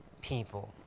people